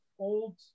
Old